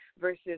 versus